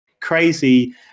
crazy